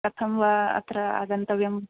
कथं वा अत्र आगन्तव्यम्